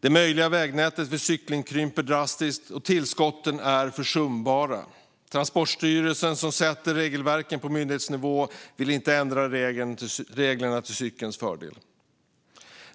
Det möjliga vägnätet för cykling krymper drastiskt, och tillskotten är försumbara. Transportstyrelsen, som sätter regelverken på myndighetsnivå, vill inte ändra reglerna till cykelns fördel.